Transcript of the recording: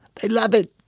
they love it!